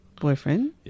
boyfriend